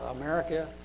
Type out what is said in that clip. America